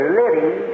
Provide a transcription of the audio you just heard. living